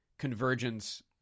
convergence